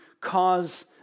cause